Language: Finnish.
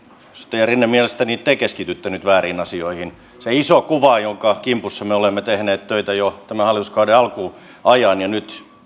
edustaja rinne mielestäni te keskitytte nyt vääriin asioihin se iso kuva jonka kimpussa me olemme tehneet töitä jo tämän hallituskauden alkuajan ja johon nyt